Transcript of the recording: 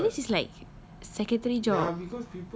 ah but minutes is like secretary job